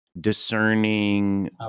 Discerning